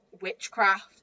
Witchcraft